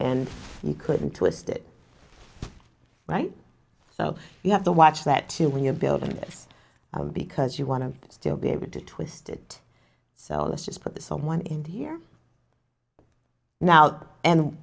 and you couldn't twist it right so you have to watch that too when you're building this because you want to still be able to twist it so this just put someone in here now and